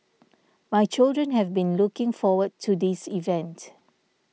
my children have been looking forward to this event